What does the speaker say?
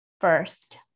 First